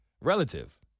relative